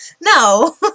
No